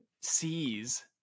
sees